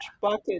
bucket